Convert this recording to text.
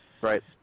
Right